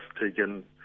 taken